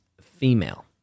female